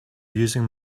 using